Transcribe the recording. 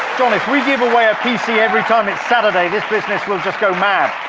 john, if we give away a pc every time it's saturday, this business will just go mad.